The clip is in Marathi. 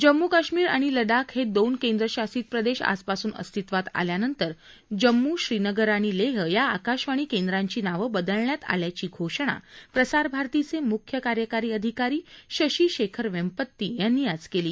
जम्मू काश्मीर आणि लद्दाख हे दोन केंद्रशासित प्रदेश आजपासून अस्तित्वात आल्यानंतर जम्मू श्रीनगर आणि लेह या आकाशवाणी केंद्रांची नावं बदलण्यात आल्याची घोषणा प्रसारभारतीचे मुख्य कार्यकारी अधिकारी शशी शेखर वेम्पत्ती यांनी आज केली